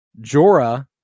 Jorah